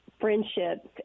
friendships